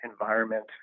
environment